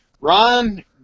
Ron